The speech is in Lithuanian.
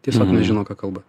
tiesiog nežino ką kalba